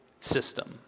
system